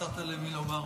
מצאת למי לומר.